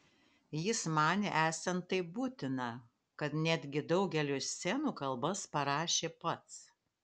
jis manė esant taip būtina kad netgi daugeliui scenų kalbas parašė pats